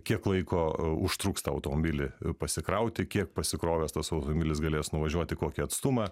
kiek laiko užtruks tą automobilį pasikrauti kiek pasikrovęs tas automobilis galės nuvažiuoti kokį atstumą